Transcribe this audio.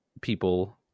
people